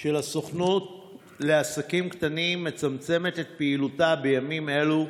של הסוכנות לעסקים קטנים מצמצמת את פעילותה בימים אלו,